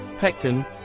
pectin